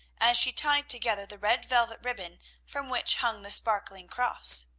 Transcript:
as she tied together the red velvet ribbon from which hung the sparkling cross.